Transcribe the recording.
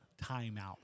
timeout